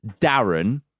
Darren